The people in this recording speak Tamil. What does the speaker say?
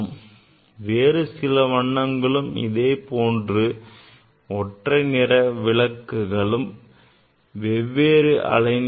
வெவ்வேறு அலை நீளத்தை கொண்ட வேறு வண்ண ஒற்றை நிற விளக்குகளும் உள்ளன